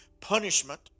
punishment